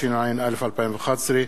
התשע"א 2011,